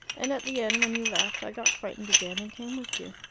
and at the end, when you left, i got frightened again and came with you.